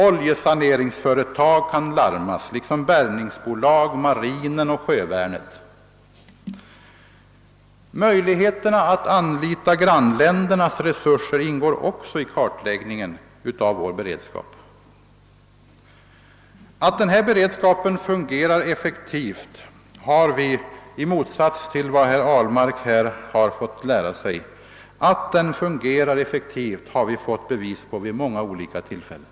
Oljesaneringsföretag kan larmas, liksom bärgningsbolag, marinen och sjövärnet. Möjligheterna att anlita grannländernas resurser ingår också i kartläggningen av vår beredskap. Ati den här beredskapen fungerar effektivt har vi, i motsats till herr Ahlmark, fått bevis på vid många olika tillfällen.